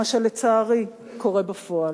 מה שלצערי קורה בפועל.